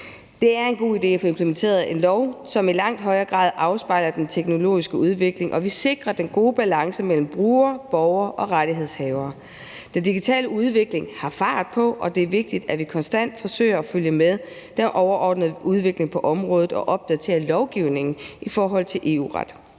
Det er en god idé at få implementeret en lov, som i langt højere grad afspejler den teknologiske udvikling, og vi sikrer den gode balance mellem brugere, borgere og rettighedshavere. Den digitale udvikling har fart på, og det er vigtigt, at vi konstant forsøger at følge med den overordnede udvikling på området og opdaterer lovgivningen i forhold til EU-ret.